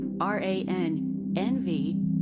R-A-N-N-V